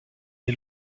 est